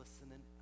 listening